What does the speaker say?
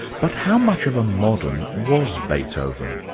but how much of a modern was beethoven?